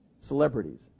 Celebrities